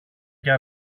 για